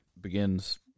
begins